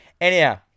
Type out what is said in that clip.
Anyhow